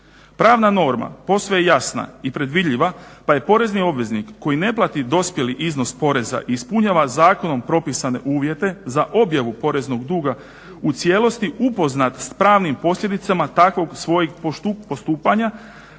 Pravna norma posve je jasna i predvidljiva pa je porezni obveznik koji ne plati dospjeli iznos poreza i ispunjava zakonom propisane uvjete za objavu poreznog duga u cijelosti upoznat s pravnim posljedicama takvog svojeg postupanja